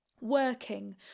working